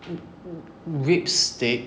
ri~ ri~ rib stick